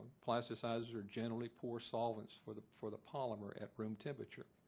plasticizers are generally poor solvents for the for the polymer at room temperature.